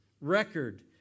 record